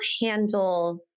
handle